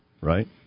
right